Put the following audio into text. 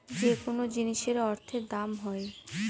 যেকোনো জিনিসের অর্থের দাম হয়